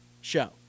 show